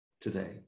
today